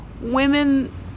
women